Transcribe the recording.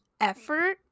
effort